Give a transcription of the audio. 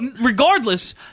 Regardless